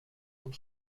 und